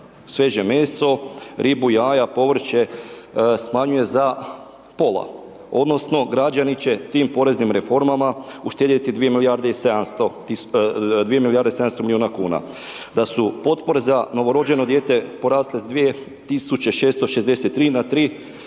svježa meso, ribu, jaja, povrće smanjuje za pola, odnosno građani će tim poreznim reformama uštedjeti 2 milijarde i 700 tisuća 2 milijarde 700 miliona kuna, da su potpore za novorođeno dijete porasle s 2.663 na 3.999,